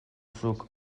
zuk